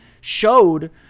showed